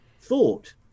thought